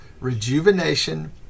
rejuvenation